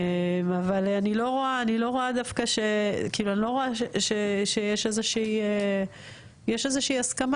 אבל אני לא רואה דווקא שיש איזושהי הסכמה.